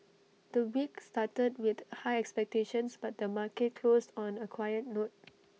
the week started with high expectations but the market closed on A quiet note